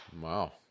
Wow